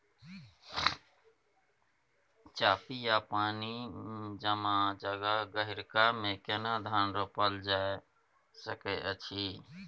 चापि या पानी जमा जगह, गहिरका मे केना धान रोपल जा सकै अछि?